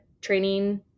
Training